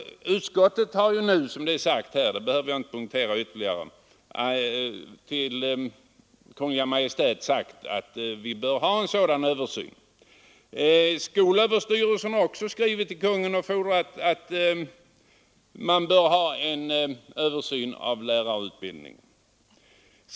Utskottet har — eftersom det redan framhållits här behöver jag inte poängtera det ytterligare — meddelat Kungl. Maj:t att vi bör ha en sådan översyn. Även skolöverstyrelsen har skrivit till Kungl. Maj:t och förklarat att en översyn av lärarutbildningen bör ske.